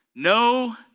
No